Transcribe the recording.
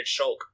Shulk